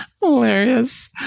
Hilarious